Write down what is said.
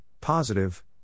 positive